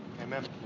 Amen